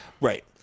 Right